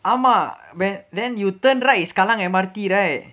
ஆமா:aamaa where then you turn right is kallang M_R_T right